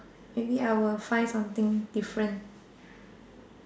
maybe I will find something different